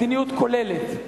מדיניות כוללת.